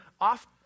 off